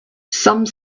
some